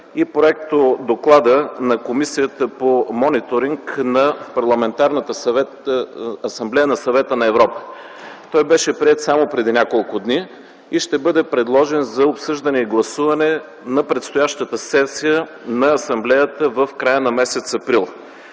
и проектодоклада на Комисията по мониторинг на Парламентарната асамблея на Съвета на Европа. Той беше приет само преди няколко дни и ще бъде предложен за обсъждане и гласуване на предстоящата сесия на асамблеята в края на месец април.